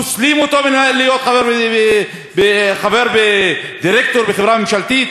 פוסלים אותו מלהיות חבר ודירקטור בחברה ממשלתית?